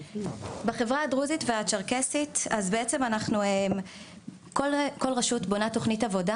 בחברה הדרוזית והצ'רקסית כל רשות בונה תוכנית עבודה